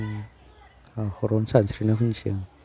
आं हाखरावनो सानस्रिना फैनोसै